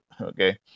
okay